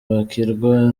bakirwa